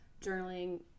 journaling